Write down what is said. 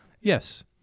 yes